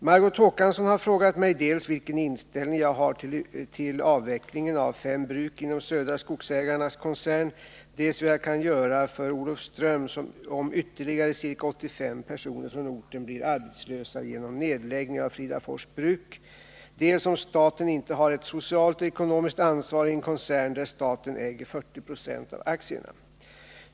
Margot Håkansson har frågat mig dels vilken inställning jag har till avvecklingen av fem bruk inom Södra Skogsägarnas koncern, dels vad jag kan göra för Olofström om ytterligare ca 85 personer från orten blir arbetslösa genom nedläggning av Fridafors bruk, dels om staten inte har ett socialt och ekonomiskt ansvar i en koncern, där staten äger 40 90 av aktierna.